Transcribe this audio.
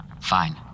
Fine